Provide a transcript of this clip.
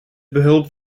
behulp